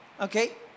Okay